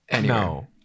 No